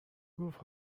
گفت